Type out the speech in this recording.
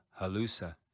Halusa